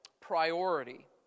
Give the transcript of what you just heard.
priority